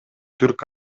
түрк